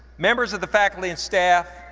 members of the faculty and staff,